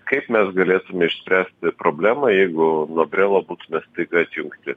kaip mes galėtume išspręsti problemą jeigu nuo brelo būtume staiga atjungti